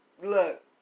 look